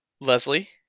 Leslie